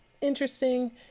interesting